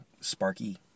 sparky